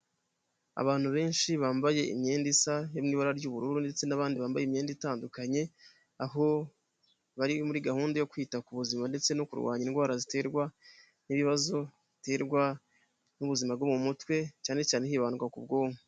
Abantu benshi bambaye imyenda isa yo mu ibara ry'ubururu ndetse n'abandi bambaye imyenda itandukanye aho bari muri gahunda yo kwita ku buzima ndetse no kurwanya indwara ziterwa n'ibibazo biterwa n'ubuzima bwo mu mutwe, cyane cyane hibandwa ku bwonko.